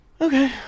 Okay